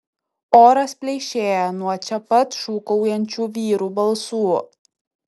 oras pleišėja nuo čia pat šūkaujančių vyrų balsų